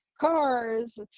cars